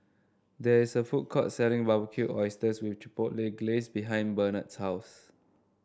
there is a food court selling Barbecued Oysters with Chipotle Glaze behind Bernhard's house